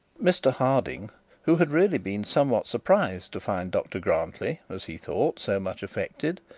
mr harding who had really been somewhat surprised to find dr grantly, as he thought, so much affected,